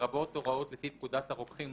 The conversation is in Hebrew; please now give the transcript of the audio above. לרבות הוראות לפי פקודת הרוקחים ,